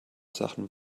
sachen